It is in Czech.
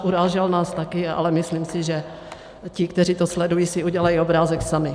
Urážel nás také, ale myslím si, že ti, kteří to sledují, si udělají obrázek sami.